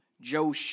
Joe